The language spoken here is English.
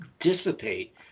dissipate